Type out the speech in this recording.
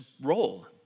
role